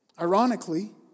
Ironically